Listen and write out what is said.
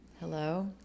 hello